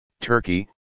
Turkey